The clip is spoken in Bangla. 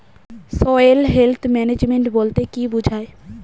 সয়েল হেলথ ম্যানেজমেন্ট বলতে কি বুঝায়?